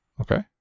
Okay